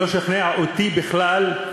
הוא לא שכנע אותי בכלל,